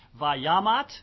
vayamat